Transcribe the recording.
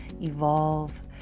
evolve